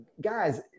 guys